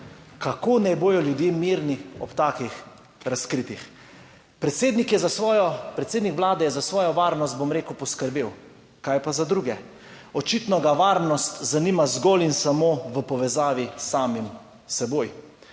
Kako naj bodo ljudje mirni ob takih razkritjih? Predsednik je za svojo, predsednik Vlade, za svojo varnost, bom rekel, poskrbel, kaj pa za druge. Očitno ga varnost zanima zgolj in samo v povezavi s samim seboj.